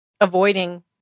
avoiding